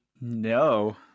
No